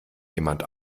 jemand